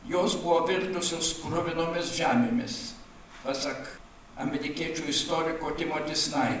jos buvo virtusios kruvinomis žemėmis pasak amerikiečių istoriko timoti snai